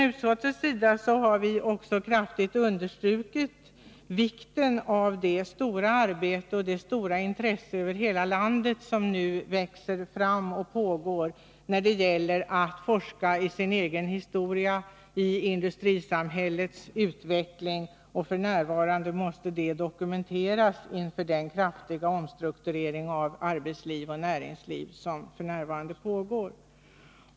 Utskottet har vidare kraftigt understrukit vikten av det omfattande arbete som pågår och det stora intresse över hela landet som nu växer fram när det gäller att forska i den egna bygdens historia och i industrisamhällets utveckling. Detta måste dokumenteras inför den kraftiga omstrukturering av arbetsliv och näringsliv som f. n. pågår.